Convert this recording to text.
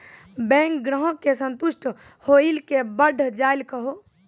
Bank ग्राहक के संतुष्ट होयिल के बढ़ जायल कहो?